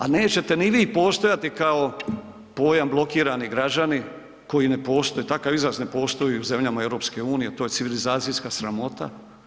A nećete ni vi postojati kao pojam blokirani građani, koji ne postoji, takav izraz ne postoji u zemljama EU, to je civilizacijska sramota.